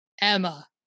Emma